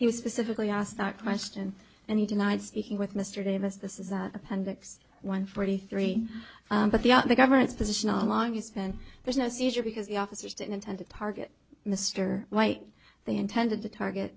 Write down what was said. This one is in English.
he was specifically asked question and he denied speaking with mr davis this is appendix one forty three but the at the government's position all along has been there's no seizure because the officers didn't intend to target mr white they intended to target